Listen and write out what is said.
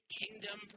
kingdom